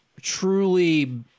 Truly